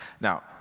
Now